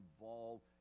involved